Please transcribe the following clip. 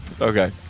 Okay